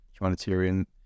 humanitarian